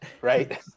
right